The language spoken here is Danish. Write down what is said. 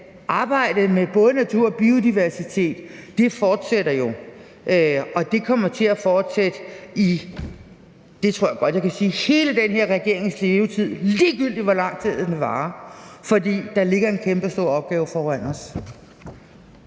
arbejdet med både natur og biodiversitet jo fortsætter, og det kommer til at fortsætte i – det tror jeg godt jeg kan sige – hele den her regerings levetid, ligegyldigt hvor lang tid den varer. For der ligger en kæmpestor opgave foran os.